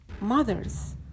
mothers